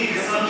נא לסיים.